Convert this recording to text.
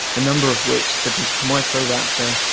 a number of which, such as microraptor,